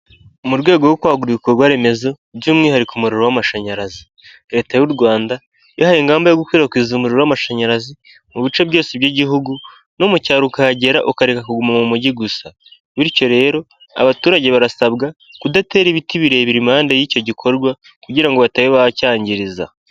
Mu rwego rwo kwagura ibikorwa remezo by'umwihariko umuriro w'amashanyarazi leta y'u rwanda yihaye ingamba yo gukwirakwiza umuriro w'amashanyarazi mu bice byose by'igihugu no mu cyaro ukahagera ukareka kuguma mu mujyi gusa bityo rero abaturage barasabwa kudatera ibiti birebire impande y'icyo gikorwa kugira ngo bataba bacyangiriza.